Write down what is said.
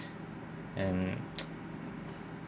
and